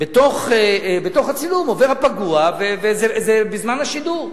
בתוך הצילום הפגוע, וזה בזמן השידור.